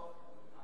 לא.